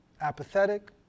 apathetic